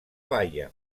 baia